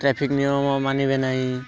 traffic ନିୟମ ମାନିବେ ନାହିଁ